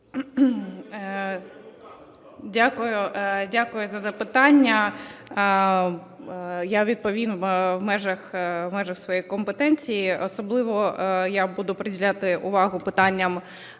Дякую за запитання. Я відповім у межах своєї компетенції. Особливо я буду приділяти увагу питанням